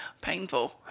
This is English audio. Painful